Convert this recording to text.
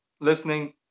listening